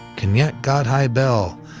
kenyette godhigh-bell,